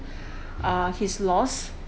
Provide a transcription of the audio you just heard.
uh his loss